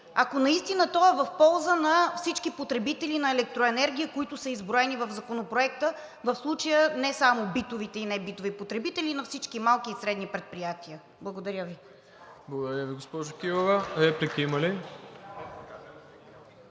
ако наистина той е в полза на всички потребители на електроенергия, които са изброени в Законопроекта, в случая не само битовите и небитовите потребители, а и на всички малки и средни предприятия. Благодаря Ви. ПРЕДСЕДАТЕЛ МИРОСЛАВ ИВАНОВ: Благодаря Ви, госпожо Кирова. Реплики има ли?